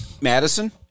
Madison